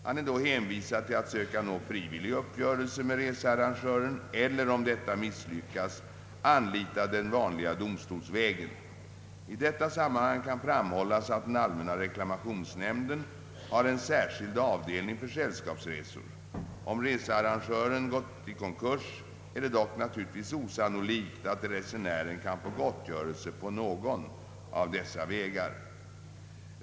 Han är då hänvisad till att söka nå frivillig uppgörelse med researrangören eller, om detta misslyckas, anlita den vanliga domstolsvägen. I detta sammanhang kan framhållas att den allmänna reklamationsnämnden har en särskild avdelning för sällskapsresor. Om researrangören gått i konkurs, är det dock naturligtvis osannolikt att resenären kan få gottgörelse på någon av dessa vägar.